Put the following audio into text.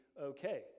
okay